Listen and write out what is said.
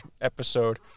episode